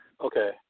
okay